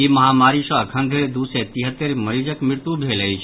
ई महामारी सँ अखन धरि दू सय तिहत्तरि मरीजक मृत्यु भेल अछि